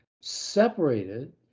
separated